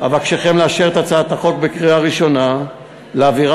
אבקשכם לאשר את הצעת החוק בקריאה ראשונה ולהעבירה